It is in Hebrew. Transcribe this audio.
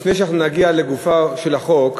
לפני שאנחנו נגיע לגופו של החוק,